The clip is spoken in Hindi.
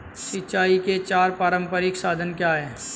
सिंचाई के चार पारंपरिक साधन क्या हैं?